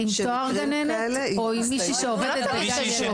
עם תואר גננת או היא מישהי שעובדת בגן?